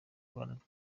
rwanda